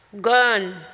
gun